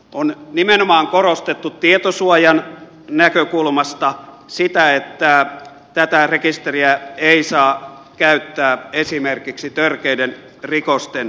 on nimenomaan korostettu tietosuojan näkökulmasta sitä että tätä rekisteriä ei saa käyttää esimerkiksi törkeiden rikosten selvittämiseen